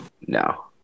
No